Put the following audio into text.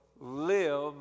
live